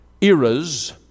eras